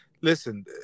listen